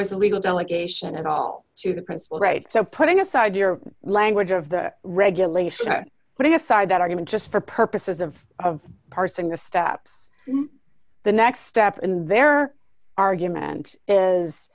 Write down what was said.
was a legal delegation at all to the principle right so putting aside your language of the regulation putting aside that argument just for purposes of of parsing the steps the next step in their argument is